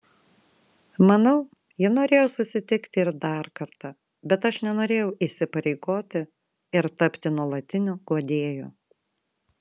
manau ji norėjo susitikti ir dar kartą bet aš nenorėjau įsipareigoti ir tapti nuolatiniu guodėju